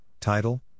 title